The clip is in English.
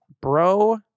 Bro